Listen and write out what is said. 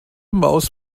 maus